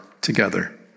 together